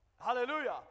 Hallelujah